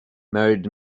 married